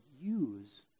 use